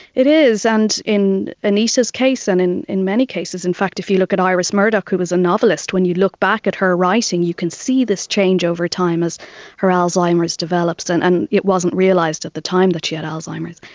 it is, and in anita's case and in in many cases, in fact if you look at iris murdoch who was a novelist, when you look back at her writing you can see this change over time as her alzheimer's develops, and and it wasn't realised at the time that she had alzheimer's.